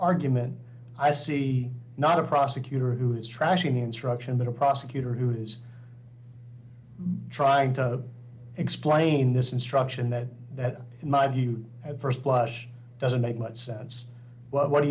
argument i see not a prosecutor who is trashing instruction but a prosecutor who is trying to explain this instruction that that in my view at st blush doesn't make much sense but what do